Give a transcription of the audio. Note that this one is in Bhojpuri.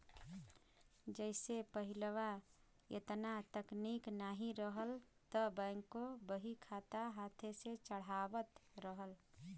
जइसे पहिलवा एतना तकनीक नाहीं रहल त बैंकों बहीखाता हाथे से चढ़ावत रहल